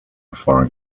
foreign